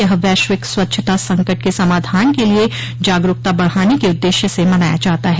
यह वैश्विक स्वच्छता संकट के समाधान के लिए जागरूकता बढ़ाने के उद्देश्य से मनाया जाता है